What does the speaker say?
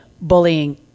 bullying